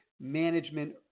management